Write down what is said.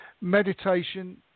meditation